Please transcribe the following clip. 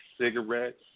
Cigarettes